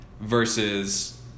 versus